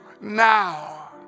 now